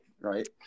right